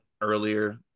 earlier